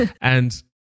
and-